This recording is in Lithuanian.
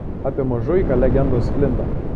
apie mažuiką legendos sklinda